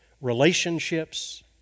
Relationships